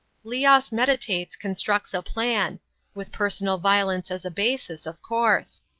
leos meditates, constructs a plan with personal violence as a basis, of course.